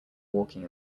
walking